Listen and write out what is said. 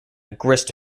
grist